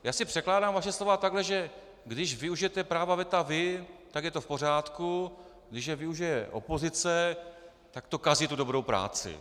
Já si překládám vaše slova tak, že když využijete práva veta vy, tak je to v pořádku, když je využije opozice, tak to kazí tu dobrou práci.